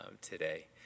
today